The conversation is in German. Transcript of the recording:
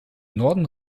norden